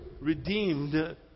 redeemed